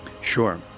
Sure